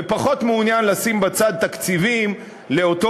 ופחות מעוניין לשים בצד תקציבים לאותו